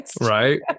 Right